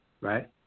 right